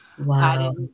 Wow